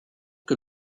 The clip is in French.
que